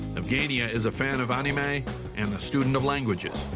evgenia is a fan of anime and a student of languages.